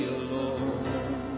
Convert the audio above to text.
alone